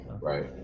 right